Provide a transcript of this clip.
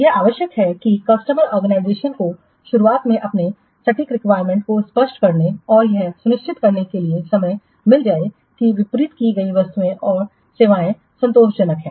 यह आवश्यक है कि कस्टमर ऑर्गेनाइजेशन को शुरुआत में अपनी सटीक रिक्वायरमेंट्स को स्पष्ट करने और यह सुनिश्चित करने के लिए समय मिल जाए कि वितरित की गई वस्तुएं और सेवाएं संतोषजनक हैं